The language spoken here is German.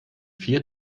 vier